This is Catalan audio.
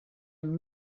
amb